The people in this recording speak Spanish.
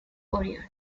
orión